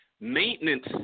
maintenance